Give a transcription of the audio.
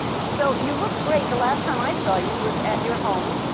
so you look great. the last time i saw you was at your home,